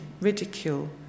ridicule